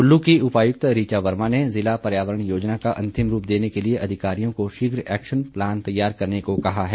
कुल्लू की उपायुक्त ऋचा वर्मा ने ज़िला पर्यावरण योजना का अंतिम रूप देने के लिए अधिकारियों को शीघ्र एक्शन प्लांन तैयार करने को कहा है